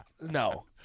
No